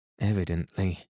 Evidently